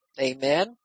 Amen